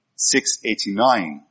689